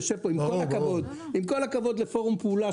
עם כל הכבוד לפורום פעולה,